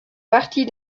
partie